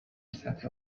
سطح